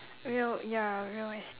real ya real estate